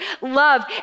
love